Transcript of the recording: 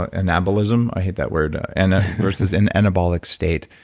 anabolism, i hate that word, and versus an anabolic state.